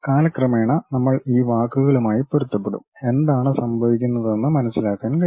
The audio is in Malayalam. കാലക്രമേണ നമ്മൾ ഈ വാക്കുകളുമായി പൊരുത്തപ്പെടും എന്താണ് സംഭവിക്കുന്നതെന്ന് മനസിലാക്കാൻ കഴിയും